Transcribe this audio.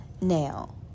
Now